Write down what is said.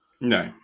No